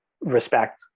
respect